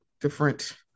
different